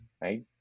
right